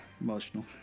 emotional